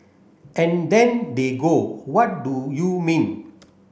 and then they go what do you mean